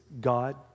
God